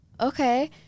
okay